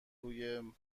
روی